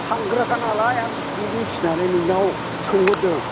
थांग्राखा नालाय आं बेखौ मिथिनानै नोंनाव सोंहरदों